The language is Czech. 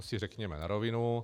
To si řekněme na rovinu.